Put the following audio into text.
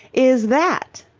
is that?